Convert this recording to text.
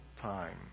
time